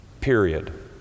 period